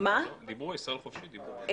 'ישראל חופשית' דיברו.